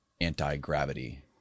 anti-gravity